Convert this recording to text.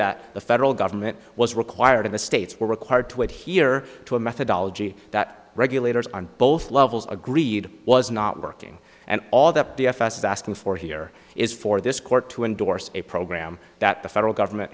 that the federal government was required in the states were required to adhere to a methodology that regulators on both levels agreed was not working and all that d f s is asking for here is for this court to endorse a program that the federal government